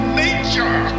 nature